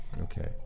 okay